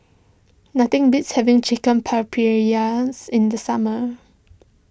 nothing beats having Chicken in the summer